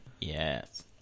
Yes